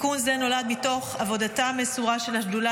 תיקון זה נולד מתוך עבודתה המסורה של השדולה